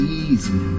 easy